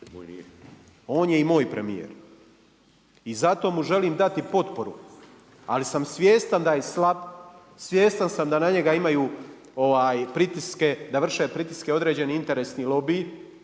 on je i moj premijer i zato mu želim dati potporu. Ali sam svjestan da je slab, svjestan sam da njega vrše pritiske određeni interesni lobiji,